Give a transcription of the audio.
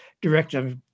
director